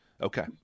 Okay